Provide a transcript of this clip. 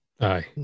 Aye